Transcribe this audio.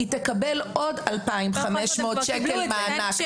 היא תקבל עוד 2,500 שקל מענק.